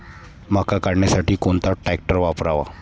मका काढणीसाठी कोणता ट्रॅक्टर वापरावा?